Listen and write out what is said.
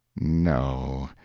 no,